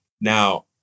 Now